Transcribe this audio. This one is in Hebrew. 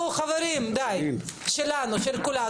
חברים, די, שלנו, של כולנו.